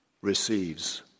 receives